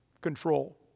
control